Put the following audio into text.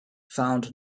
found